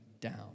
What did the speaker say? down